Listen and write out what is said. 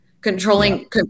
controlling